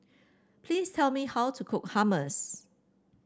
please tell me how to cook Hummus